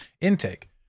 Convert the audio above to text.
intake